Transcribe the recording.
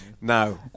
Now